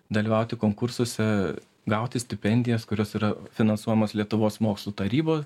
dalyvauti konkursuose gauti stipendijas kurios yra finansuojamos lietuvos mokslų tarybo